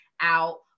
out